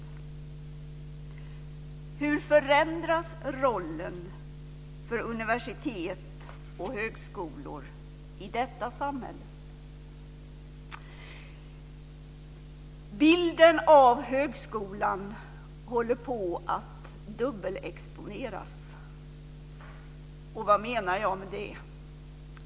Hur förändras rollen för universitet och högskolor i detta samhälle? Bilden av högskolan håller på att dubbelexponeras. Vad menar jag med det?